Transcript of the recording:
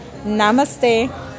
Namaste